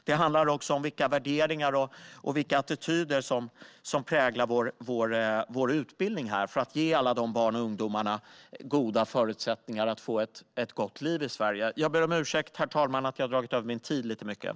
Det handlar också om vilka värderingar och attityder som präglar vår utbildning och om att ge alla dessa barn och ungdomar goda förutsättningar att få ett gott liv i Sverige. Jag ber om ursäkt, herr talman, för att jag har dragit över min talartid.